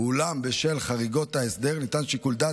ואולם בשל חריגות ההסדר ניתן שיקול דעת